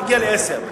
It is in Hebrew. נגיע לעשר.